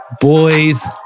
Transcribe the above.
Boys